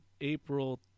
April